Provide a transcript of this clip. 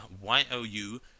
Y-O-U